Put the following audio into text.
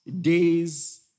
days